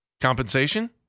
Compensation